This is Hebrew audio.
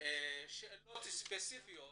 יתייחס לשאלות ספציפיות